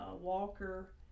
Walker